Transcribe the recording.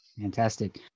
fantastic